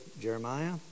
Jeremiah